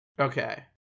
Okay